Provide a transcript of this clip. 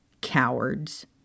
Cowards